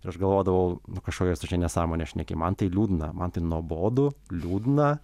ir aš galvodavau nu kažkokias tu čia nesąmones šneki man tai liūdna man tai nuobodu liūdna